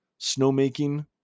snowmaking